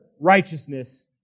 righteousness